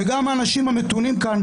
וגם האנשים המתונים כאן,